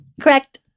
correct